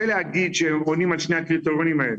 להגיד שהם עונים על שני הקריטריונים האלה,